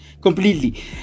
Completely